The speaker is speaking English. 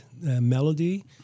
melody